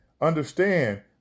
Understand